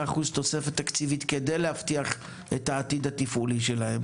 אחוז תוספת תקציבית כדי להבטיח את העתיד התפעולי שלהם.